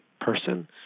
person